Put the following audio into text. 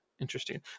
interesting